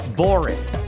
boring